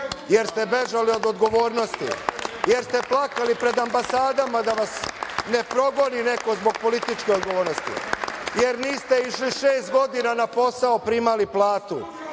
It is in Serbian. jer ste bežali od odgovornosti, jer ste plakali pred ambasadama da vas ne progoni neko zbog političke odgovornosti, jer niste išli šest godina na posao, a primali platu.